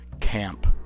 camp